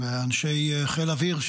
אנשי חיל האוויר,